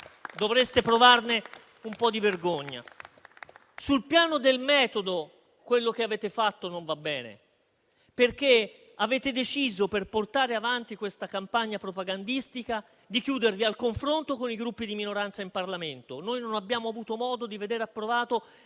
dovreste provarne un po' di vergogna. Sul piano del metodo, quello che avete fatto non va bene, perché, per portare avanti questa campagna propagandistica, avete deciso di chiudervi al confronto con i Gruppi di minoranza in Parlamento. Non abbiamo avuto modo di veder approvato